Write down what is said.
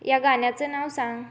या गाण्याचं नाव सांग